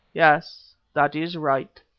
yes, that is right.